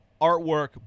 artwork